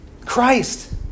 Christ